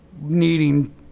needing